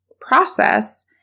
process